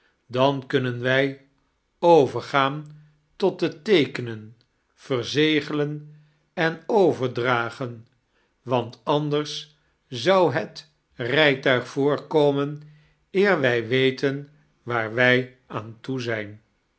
dan kunnen wij overgaan tot het teekenen verzegelen en overdragen want anders zou het rijtuig voorkomen eer wij weten waar wij aan toe zijn